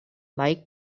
like